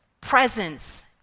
presence